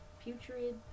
putrid